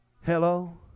Hello